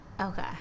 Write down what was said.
Okay